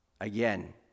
Again